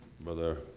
Brother